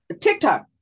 TikTok